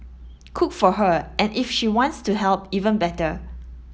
cook for her and if she wants to help even better